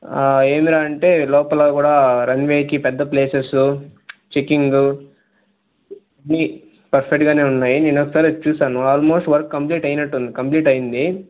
ఏంటిరా అంటే లోపల కూడా రన్వే కి పెద్ద ప్లేసెస్ చెకింగ్ అన్నీ పర్ఫెక్ట్గానే ఉన్నాయి నేనొకసారి వచ్చి చూసాను ఆల్మోస్ట్ వర్క్ కంప్లీట్ అయినట్టుంది కంప్లీట్ అయ్యింది